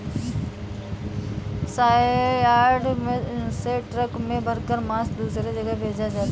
सलयार्ड से ट्रक में भरकर मांस दूसरे जगह भेजा जाता है